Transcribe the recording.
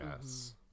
yes